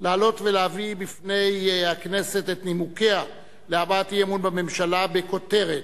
לעלות ולהביא בפני הכנסת את נימוקיה להבעת אי-אמון בממשלה בכותרת: